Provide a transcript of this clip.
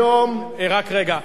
היום, רק רגע.